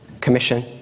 commission